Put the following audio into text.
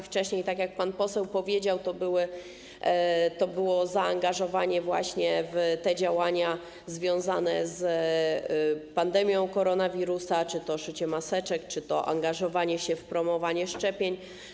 Wcześniej, tak jak pan poseł powiedział, to było zaangażowanie właśnie w działania związane z pandemią koronawirusa, czy to szycie maseczek, czy to angażowanie się w promowanie szczepień.